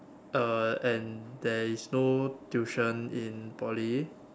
uh and there is no tuition in Poly